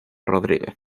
rodríguez